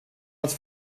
als